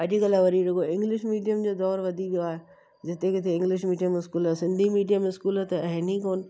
अॼुकल्ह वरी रुॻो इंग्लिश मीडियम जो दौरु वधी वियो आहे जिते किथे English medium school Sindhi medium school त आहिनि ई कोन